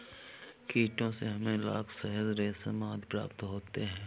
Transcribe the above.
कीटों से हमें लाख, शहद, रेशम आदि प्राप्त होते हैं